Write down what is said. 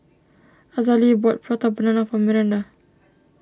Azalee bought Prata Banana for Miranda